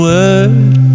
Word